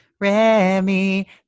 Remy